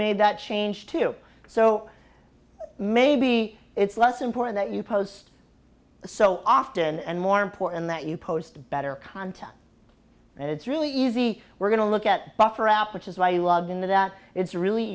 made that change too so maybe it's less important that you post so often and more important that you post better content and it's really easy we're going to look at buffer app which is why you loved in the that it's really